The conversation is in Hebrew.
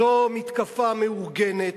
זו מתקפה מאורגנת,